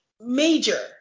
major